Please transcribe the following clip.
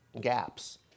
gaps